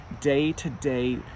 day-to-day